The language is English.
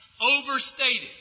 Overstated